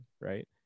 right